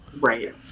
right